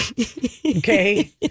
Okay